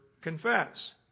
confess